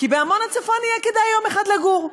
כי בעמונה-צפון יהיה כדאי יום אחד לגור,